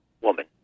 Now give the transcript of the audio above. woman